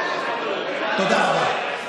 תודה רבה.